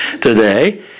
today